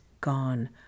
gone